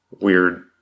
weird